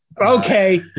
Okay